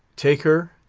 take her,